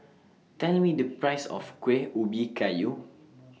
Tell Me The Price of Kuih Ubi Kayu